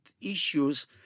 issues